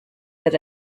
that